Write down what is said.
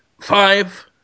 five